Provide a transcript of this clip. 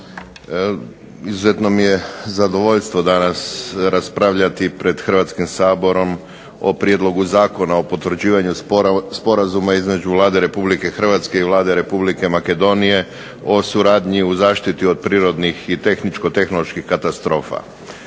Izuzetno mi je zadovoljstvo danas raspravljati pred Hrvatskim saborom o Prijedlogu zakona o potvrđivanju Sporazuma između Vlade Republike Hrvatske i Vlade Republike Makedonije o suradnji u zaštiti od prirodnih i tehničko-tehnoloških katastrofa.